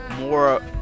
more